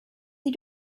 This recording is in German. sie